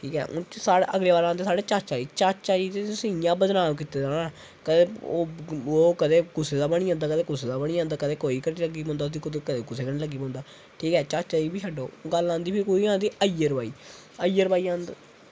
ठीक ऐ हून अगले आई जंदे साढ़े चाचा जी चाचा जी गी तुसें इंया बदनाम कीते दा ना कदें ओह् कदे कुसै दा बबनी जंदा कदें कुसै दा बनी जंदा कदें कुसै कन्नै लग्गी पौंदा कदें कुसै कन्नै लग्गी पौंदा ठीक ऐ चाचा गी बी छड्डो गल्ल आंदी फिर कोह्दी आंदी अय्यर भई अय्यर भई आंदी